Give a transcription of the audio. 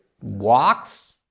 walks